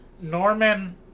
Norman